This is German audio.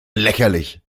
lächerlich